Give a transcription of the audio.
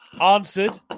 answered